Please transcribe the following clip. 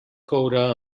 coure